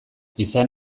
izan